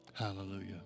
Hallelujah